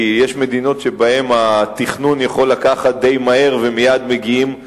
כי יש מדינות שבהן התכנון יכול להיות די מהיר ומייד מגיעים לביצוע.